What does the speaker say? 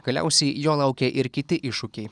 galiausiai jo laukia ir kiti iššūkiai